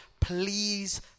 please